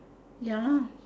ya lah